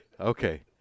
Okay